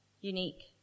unique